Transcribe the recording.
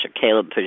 Caleb